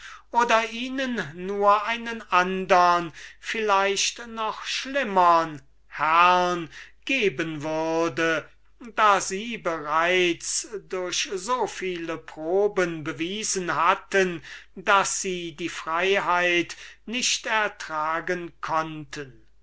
oder ihnen nur einen andern und vielleicht noch schlimmern herrn geben würde da sie schon so viele proben gegeben hatten daß sie die freiheit nicht ertragen könnten